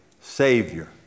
Savior